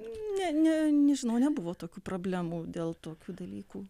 ne ne nežinau nebuvo tokių problemų dėl tokių dalykų